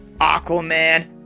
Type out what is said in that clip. Aquaman